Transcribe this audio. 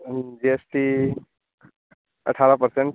जी S T अठारह percent